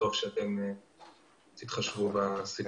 וטוב שאתם תתחשבו בעניין הזה.